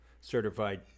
certified